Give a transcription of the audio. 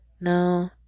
No